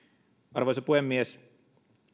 arvoisa puhemies